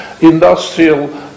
industrial